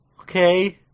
okay